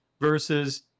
versus